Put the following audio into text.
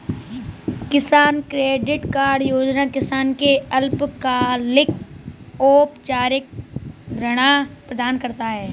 किसान credit card योजना किसान को अल्पकालिक औपचारिक ऋण प्रदान करता है